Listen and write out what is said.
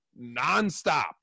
nonstop